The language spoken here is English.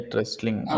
Wrestling